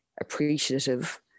appreciative